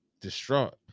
Distraught